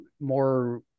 more